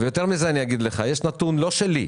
אני אגיד לך יותר מזה, שיש נתון לא שלי,